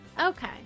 Okay